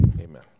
Amen